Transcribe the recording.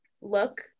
look